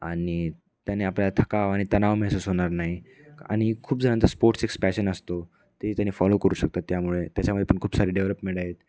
आणि त्याने आपल्याला थकाव आणि तणाव महसूस होणार नाही आणि खूप जणांचा स्पोर्ट्स एक्स पॅशन असतो ते त्याने फॉलो करू शकतात त्यामुळे त्याच्यामध्ये पण खूप सारे डेव्हलपमेंट आहेत